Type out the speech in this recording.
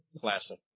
Classic